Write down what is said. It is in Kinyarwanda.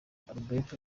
adalbert